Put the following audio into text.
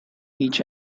each